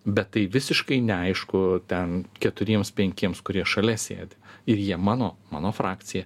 bet tai visiškai neaišku ten keturiems penkiems kurie šalia sėdi ir jie mano mano frakcija